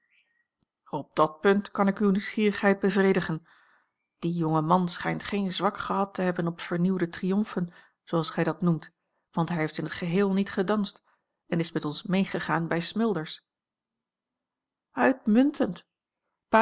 op dat punt kan ik uwe nieuwsgierigheid bevredigen die jonge man schijnt geen zwak gehad te hebben op vernieuwde triomfen zooals gij dat noemt want hij heeft in t geheel niet gedanst en is met ons meegegaan bij smilders uitmuntend